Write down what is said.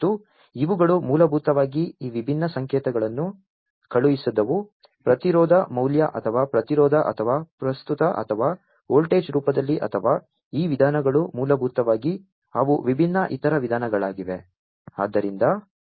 ಮತ್ತು ಇವುಗಳು ಮೂಲಭೂತವಾಗಿ ಈ ವಿಭಿನ್ನ ಸಂಕೇತಗಳನ್ನು ಕಳುಹಿಸಿದವು ಪ್ರತಿರೋಧ ಮೌಲ್ಯ ಅಥವಾ ಪ್ರತಿರೋಧ ಅಥವಾ ಪ್ರಸ್ತುತ ಅಥವಾ ವೋಲ್ಟೇಜ್ ರೂಪದಲ್ಲಿ ಅಥವಾ ಈ ವಿಧಾನಗಳು ಮೂಲಭೂತವಾಗಿ ಅವು ವಿಭಿನ್ನ ಇತರ ವಿಧಾನಗಳಾಗಿವೆ